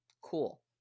Cool